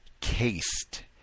cased